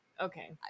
Okay